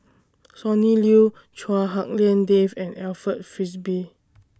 Sonny Liew Chua Hak Lien Dave and Alfred Frisby